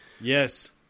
Yes